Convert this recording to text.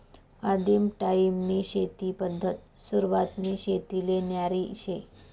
आदिम टायीमनी शेती पद्धत सुरवातनी शेतीले न्यारी शे